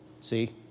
See